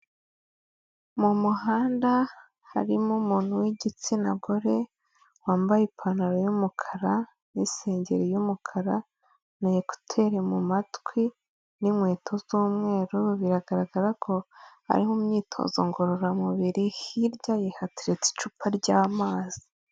Mu muhanda harimo umuntu wigitsina gore wambaye ipantaro y'umukara n'isengeri y'umukara na ekuteri mu matwi n'inkweto z'umweru, biragaragara ko ariho imyitozo ngororamubiri hirya ye hateretse icupa ry'amazi.